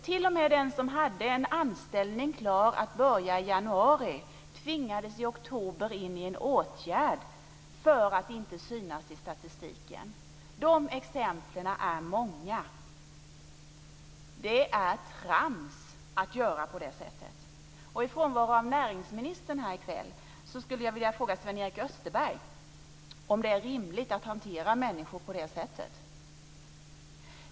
T.o.m. den som hade en anställning klar att börja i januari tvingades i oktober in i en åtgärd för att inte synas i statistiken. De exemplen är många. Det är trams att göra på det sättet. Eftersom näringsministern inte är närvarande här i kväll skulle jag vilja fråga Sven-Erik Österberg om det är rimligt att hantera människor på det sättet.